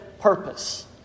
purpose